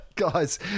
Guys